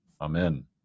Amen